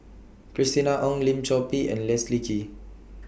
Christina Ong Lim Chor Pee and Leslie Kee